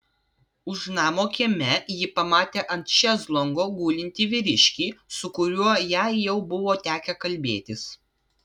už namo kieme ji pamatė ant šezlongo gulintį vyriškį su kuriuo jai jau buvo tekę kalbėtis